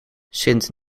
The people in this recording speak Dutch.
sint